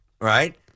Right